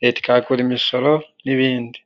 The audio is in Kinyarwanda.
leta ikahakora imisoro n'ibindi.